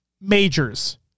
Majors